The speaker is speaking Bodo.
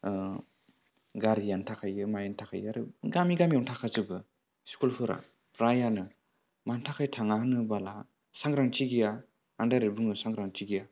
गारियानो थाखायो बे मायानो थाखायो आरो गामि गामियावनो थाखाजोबो स्कुलफोरा प्रायानो मानि थाखाय थाङा होनोब्ला सांग्रांथि गैया आं डायरेक्ट बुङो सांग्रांथि गैया